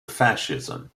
fascism